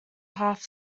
half